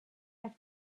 have